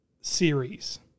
series